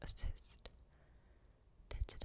Assist